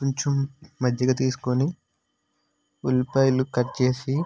కొంచెం మజ్జిగ తీసుకొని ఉల్లిపాయలు కట్ చేసి